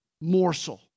morsel